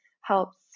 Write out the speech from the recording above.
helps